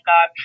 God